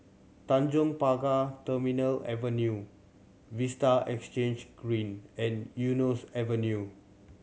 Tanjong Pagar Terminal Avenue Vista Exhange Green and Eunos Avenue